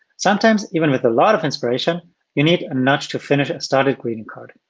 sometimes, even with a lot of inspiration you need a nudge to finish a started greeting card.